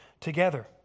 together